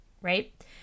right